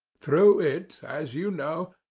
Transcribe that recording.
through it, as you know,